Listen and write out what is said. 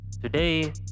Today